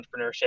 entrepreneurship